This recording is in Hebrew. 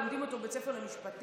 לומדים אותו בבית ספר למשפטים: